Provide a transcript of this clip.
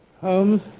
holmes